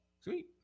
Sweet